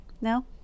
No